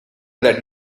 that